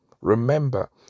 Remember